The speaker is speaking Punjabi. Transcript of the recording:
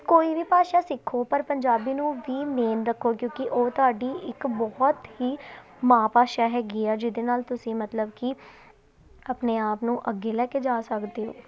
ਕੋਈ ਵੀ ਭਾਸ਼ਾ ਸਿੱਖੋ ਪਰ ਪੰਜਾਬੀ ਨੂੰ ਵੀ ਮੇਨ ਰੱਖੋ ਕਿਉਂਕਿ ਉਹ ਤੁਹਾਡੀ ਇੱਕ ਬਹੁਤ ਹੀ ਮਾਂ ਭਾਸ਼ਾ ਹੈਗੀ ਆ ਜਿਹਦੇ ਨਾਲ ਤੁਸੀਂ ਮਤਲਬ ਕਿ ਆਪਣੇ ਆਪ ਨੂੰ ਅੱਗੇ ਲੈ ਕੇ ਜਾ ਸਕਦੇ ਹੋ